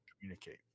communicate